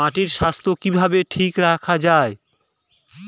মাটির স্বাস্থ্য কিভাবে ঠিক রাখা যায়?